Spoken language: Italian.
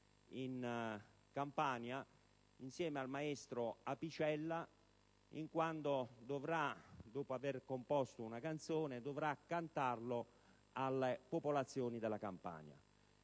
in Campania insieme al maestro Apicella in quanto dovrà, dopo avere composto una canzone, cantarla alle popolazioni della Campania.